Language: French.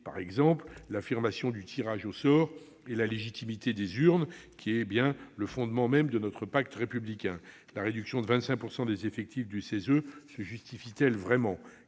concilier l'affirmation du tirage au sort et la légitimité des urnes, fondement même de notre pacte républicain ? La réduction de 25 % des effectifs du CESE se justifie-t-elle vraiment ?